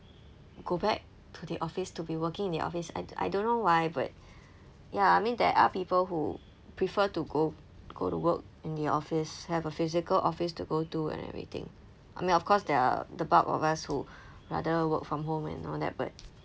go back to the office to be working in the office I I don't know why but ya I mean there are people who prefer to go go to work in the office have a physical office to go to and everything I mean of course there are the bulk of us who rather work from home and all that but